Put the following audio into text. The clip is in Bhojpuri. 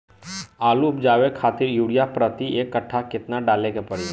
आलू उपजावे खातिर यूरिया प्रति एक कट्ठा केतना डाले के पड़ी?